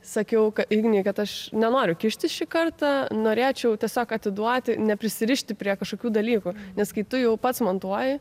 sakiau kad ignei kad aš nenoriu kištis šį kartą norėčiau tiesiog atiduoti neprisirišti prie kažkokių dalykų nes kai tu jau pats montuoji